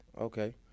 Okay